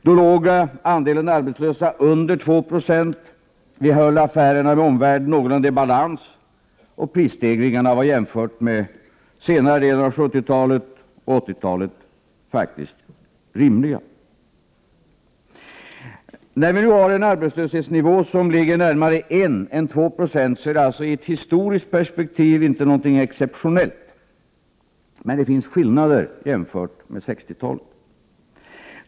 Då låg andelen arbetslösa under 2 96, vi höll affärerna med omvärlden någorlunda i balans, och prisstegringarna var jämfört med senare delen av 1970-talet och 1980-talet faktiskt rimliga. När vi nu har en arbetslöshetsnivå som ligger närmare 1 än 2 0, är det i ett historiskt perspektiv alltså inte något exceptionellt. Men det finns skillnader jämfört med 1960-talet.